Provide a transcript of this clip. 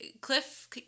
Cliff